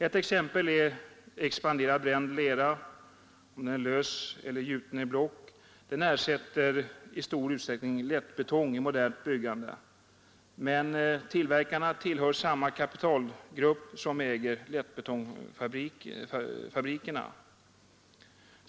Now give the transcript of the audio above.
Ett exempel är expanderad, bränd lera — lös eller gjuten i block — som i modernt byggande i stor utsträckning ersätter lättbetong. Men tillverkarna tillhör den kapitalgrupp som äger lättbetongfabrikerna.